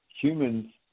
humans